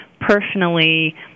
personally